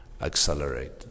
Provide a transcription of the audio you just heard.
accelerate